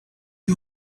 you